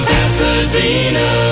Pasadena